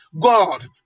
god